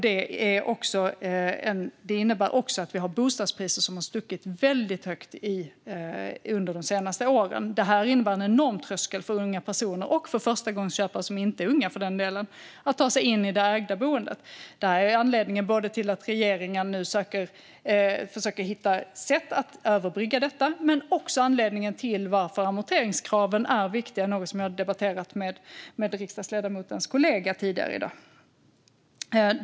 Det har också inneburit att bostadspriserna stuckit väldigt högt under de senaste åren. Det här innebär en enorm tröskel för unga personer - och för den delen för förstagångsköpare som inte är unga - att ta sig in i det ägda boendet. Det är anledningen till att regeringen nu försöker hitta sätt att överbrygga detta, men också anledningen till att amorteringskraven är viktiga, något som jag debatterat med riksdagsledamotens kollega tidigare i dag.